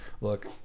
Look